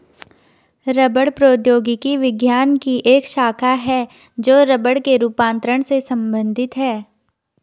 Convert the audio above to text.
रबड़ प्रौद्योगिकी विज्ञान की एक शाखा है जो रबड़ के रूपांतरण से संबंधित है